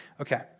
okay